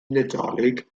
nadolig